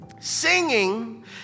singing